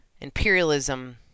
imperialism